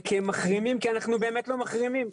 כמחרימים כי אנחנו באמת לא מחרימים.